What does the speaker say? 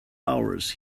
hours